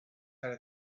had